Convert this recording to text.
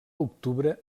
octubre